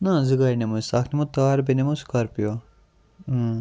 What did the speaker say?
نہ حظ زٕ گاڑِ نِمو أسۍ اکھ نِمو تھار بیٚیہِ نِمو سکارپیو